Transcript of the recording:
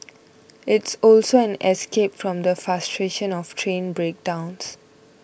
it's also an escape from the frustration of train breakdowns